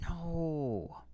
no